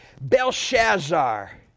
Belshazzar